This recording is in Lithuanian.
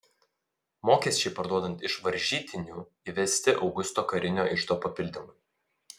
mokesčiai parduodant iš varžytinių įvesti augusto karinio iždo papildymui